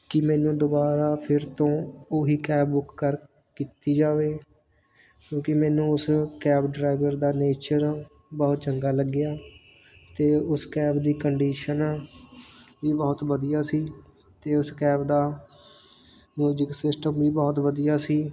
ਕਿ ਮੈਨੂੰ ਦੁਬਾਰਾ ਫਿਰ ਤੋਂ ਉਹੀ ਕੈਬ ਬੁੱਕ ਕਰ ਕੀਤੀ ਜਾਵੇ ਕਿਉਂਕਿ ਮੈਨੂੰ ਉਸ ਕੈਬ ਡਰਾਈਵਰ ਦਾ ਨੇਚਰ ਬਹੁਤ ਚੰਗਾ ਲੱਗਿਆ ਅਤੇ ਉਸ ਕੈਬ ਦੀ ਕੰਡੀਸ਼ਨ ਵੀ ਬਹੁਤ ਵਧੀਆ ਸੀ ਅਤੇ ਉਸ ਕੈਬ ਦਾ ਮਿਊਜ਼ਿਕ ਸਿਸਟਮ ਵੀ ਬਹੁਤ ਵਧੀਆ ਸੀ